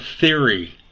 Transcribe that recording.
theory